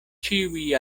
ĉiuj